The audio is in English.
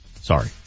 Sorry